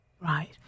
Right